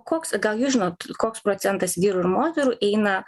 koks gal jūs žinot koks procentas vyrų ir moterų eina